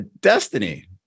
Destiny